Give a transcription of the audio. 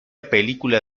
película